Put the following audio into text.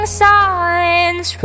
signs